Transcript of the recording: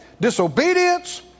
disobedience